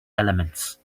elements